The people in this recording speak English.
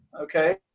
okay